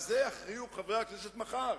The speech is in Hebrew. על זה יכריעו חברי הכנסת מחר,